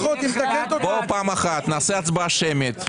בואו פעם אחת נעשה הצבעה שמית.